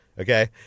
okay